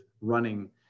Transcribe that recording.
running